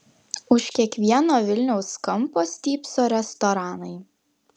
už kiekvieno vilniaus kampo stypso restoranai